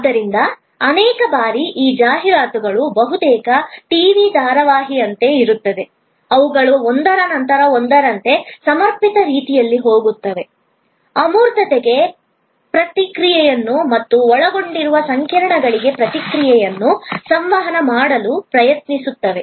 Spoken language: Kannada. ಆದ್ದರಿಂದ ಅನೇಕ ಬಾರಿ ಈ ಜಾಹೀರಾತುಗಳು ಬಹುತೇಕ ಟಿವಿ ಧಾರಾವಾಹಿಯಂತೆಯೇ ಇರುತ್ತವೆ ಅವುಗಳು ಒಂದರ ನಂತರ ಒಂದರಂತೆ ಸಂಪರ್ಕಿತ ರೀತಿಯಲ್ಲಿ ಹೋಗುತ್ತವೆ ಅಮೂರ್ತತೆಗೆ ಪ್ರತಿಕ್ರಿಯೆಯನ್ನು ಮತ್ತು ಒಳಗೊಂಡಿರುವ ಸಂಕೀರ್ಣತೆಗಳಿಗೆ ಪ್ರತಿಕ್ರಿಯೆಯನ್ನು ಸಂವಹನ ಮಾಡಲು ಪ್ರಯತ್ನಿಸುತ್ತವೆ